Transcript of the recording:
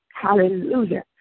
Hallelujah